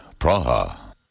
Praha